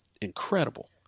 incredible